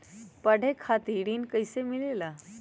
पढे खातीर ऋण कईसे मिले ला?